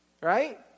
Right